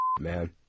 man